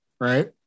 right